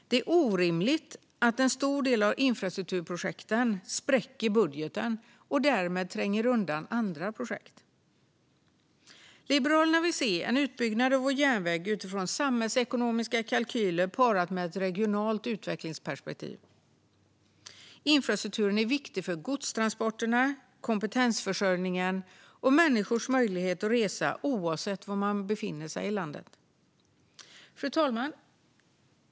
Det är orimligt att en stor del av infrastrukturprojekten spräcker budgeten och därmed tränger undan andra projekt. Liberalerna vill se en utbyggnad av Sveriges järnväg utifrån samhällsekonomiska kalkyler parat med ett regionalt utvecklingsperspektiv. Infrastrukturen är viktig för godstransporterna, kompetensförsörjningen och människors möjlighet att resa oavsett var man befinner sig i landet. Fru talman!